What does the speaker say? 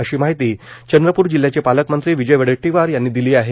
अशी माहिती चंद्रपूर जिल्ह्याचे पालकमंत्री विजय वडेट्टीवार यांनी दिली आहे